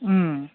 उम